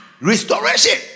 Restoration